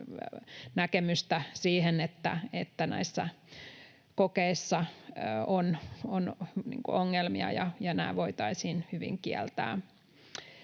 näkemystä siihen, että näissä kokeissa on ongelmia, ja nämä voitaisiin hyvin kieltää.